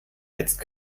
jetzt